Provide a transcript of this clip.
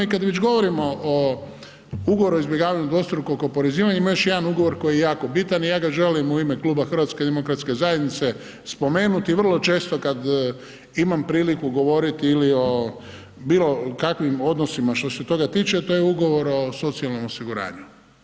I kad već govorimo o ugovoru o izbjegavanju dvostrukog oporezivanja, ima još jedan ugovor koji je jako bitan i ja ga želim u ime Kluba HDZ-a spomenuti i vrlo često kad imam priliku govorili ili o bilo kakvim odnosima što se toga tiče to je ugovor o socijalnom osiguranju.